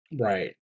Right